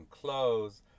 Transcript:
clothes